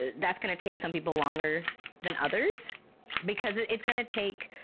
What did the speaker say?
that's going to take some people longer than others because it's going to take